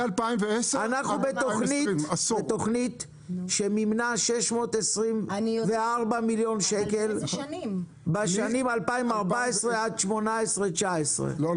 אנחנו בתוכנית שמימנה 624 מיליון שקל בשנים 2014 עד 2018. לא,